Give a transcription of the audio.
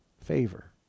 Favor